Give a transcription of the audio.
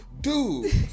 dude